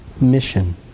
mission